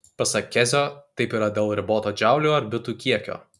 pasak kezio taip yra dėl riboto džaulių ar bitų kiekio